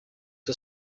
for